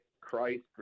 Christ